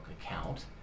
account